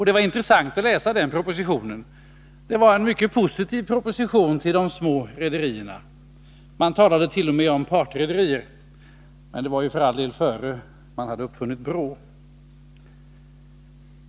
Det var intressant att läsa den då aktuella propositionen. Den var mycket positiv till de små rederierna. Man talade t.o.m. om partrederier — men det var ju för all del innan man uppfunnit BRÅ.